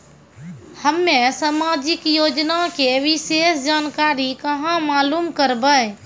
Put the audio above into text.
हम्मे समाजिक योजना के विशेष जानकारी कहाँ मालूम करबै?